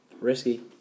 Risky